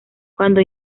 cuando